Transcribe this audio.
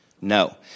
No